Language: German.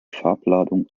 farbladung